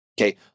okay